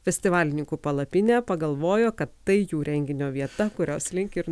festivalinių palapinę pagalvojo kad tai jų renginio vieta kurios link irn